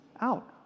out